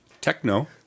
Techno